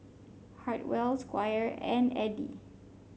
Hartwell Squire and Edie